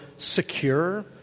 secure